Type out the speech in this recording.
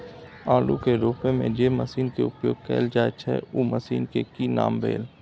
आलू के रोपय में जे मसीन के उपयोग कैल जाय छै उ मसीन के की नाम भेल?